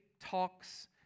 talks